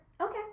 Okay